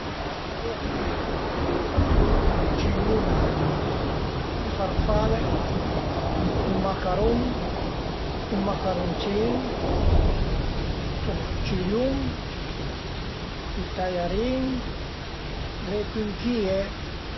I speghetti, i turcigliun, le farfale, i macarun, i macaruncin, i turcigliun, i taiarin, le cünchìe